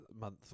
month